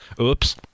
Oops